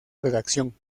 redacción